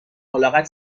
الاغت